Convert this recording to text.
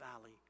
valley